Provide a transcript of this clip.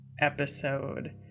episode